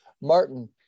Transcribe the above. Martin